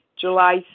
July